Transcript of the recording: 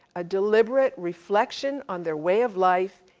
a deliberate reflection on there way of life,